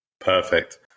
Perfect